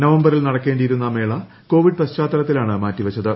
നവംബറിൽ നടക്കേണ്ടിയിരുന്ന മേള കോവിഡ് പശ്ചാത്തലത്തിലാണ് മാറ്റി വച്ചത്